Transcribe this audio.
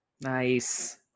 Nice